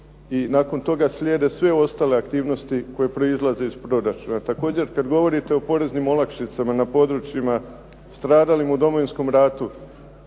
i nakon toga slijede sve ostale aktivnosti koje proizlaze iz proračuna. Također, kad govorite o poreznim olakšicama na područjima stradalim u Domovinskom ratu,